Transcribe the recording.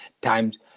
times